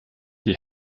die